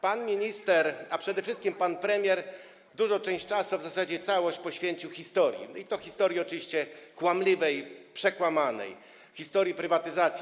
Pan minister, a przede wszystkim pan premier, dużą część czasu, a w zasadzie całość, poświęcił historii, i to historii oczywiście kłamliwej, przekłamanej historii prywatyzacji.